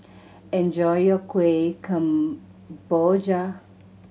enjoy your Kueh Kemboja